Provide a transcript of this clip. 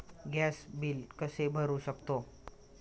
Gas bill कसे भरू शकतो?